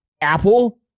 Apple